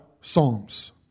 Psalms